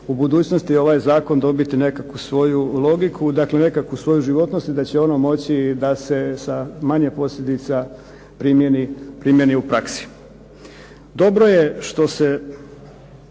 u budućnosti ovaj Zakon dobiti nekakvu svoju logiku, nekakvu svoju životnost i da će ono moći da se sa manje posljedica primjeni u praksi. Dobro je što se